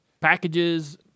packages